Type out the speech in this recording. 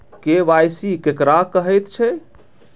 KYC केकरा कहैत छै?